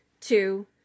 two